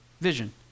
vision